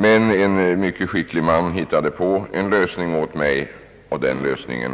Men en mycket skicklig man hittade på en lösning åt mig, och den lösningen